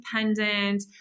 independent